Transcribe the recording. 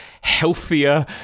healthier